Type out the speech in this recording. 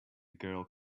girl